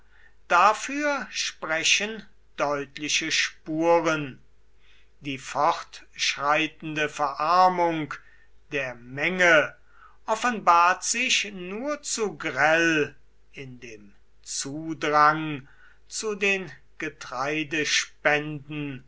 dafür sprechen deutliche spuren die fortschreitende verarmung der menge offenbart sich nur zu grell in dem zudrang zu den